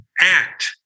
act